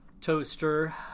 Toaster